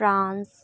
France